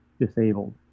disabled